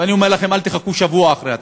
ואני אומר לכם: אל תחכו שבוע אחרי התקציב,